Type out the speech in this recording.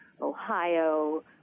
Ohio